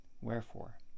Wherefore